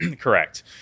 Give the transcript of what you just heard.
Correct